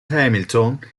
hamilton